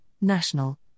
national